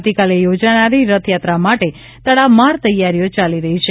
આવતીકાલે યોજાનારી રથયાત્રા માટે તડામાર તૈયારીઓ ચાલી રહી છે